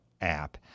app